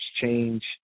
change